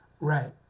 Right